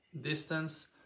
distance